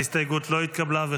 ההסתייגות לא התקבלה.